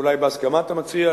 אולי בהסכמת המציע,